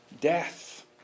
death